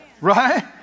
Right